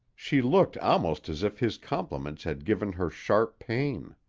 she looked almost as if his compliment had given her sharp pain.